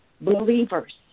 believers